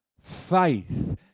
faith